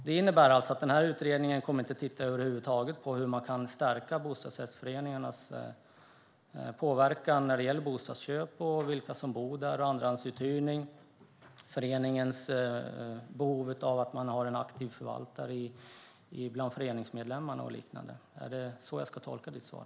Det innebär alltså att denna utredning inte över huvud taget kommer att titta på hur man kan stärka bostadsrättsföreningarnas möjligheter att påverka när det gäller bostadsköp, vilka som bor där och andrahandsuthyrning - det handlar också om föreningens behov av aktiva förvaltare bland föreningsmedlemmarna och liknande. Är det så jag ska tolka ditt svar?